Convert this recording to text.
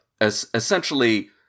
essentially